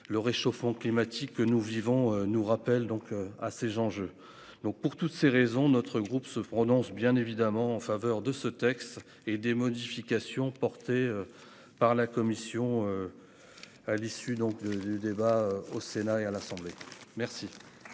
Le réchauffement climatique que nous vivons nous rappelle donc à ces gens je donc pour toutes ces raisons, notre groupe se prononce bien évidemment en faveur de ce texte et des modifications portées. Par la commission. À l'issue donc de du débat au Sénat et à l'Assemblée. Merci.--